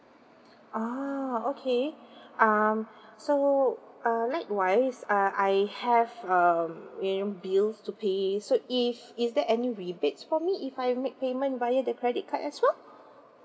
oh okay um so err likewise uh I have um you know bills to pay so is is there any rebates for me if I make payment via the credit card as well